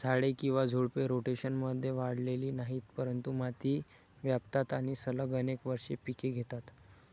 झाडे किंवा झुडपे, रोटेशनमध्ये वाढलेली नाहीत, परंतु माती व्यापतात आणि सलग अनेक वर्षे पिके घेतात